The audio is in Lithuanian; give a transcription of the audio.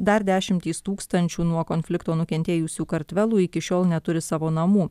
dar dešimtys tūkstančių nuo konflikto nukentėjusių kartvelų iki šiol neturi savo namų